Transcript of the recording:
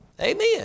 Amen